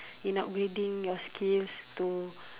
in upgrading your skills to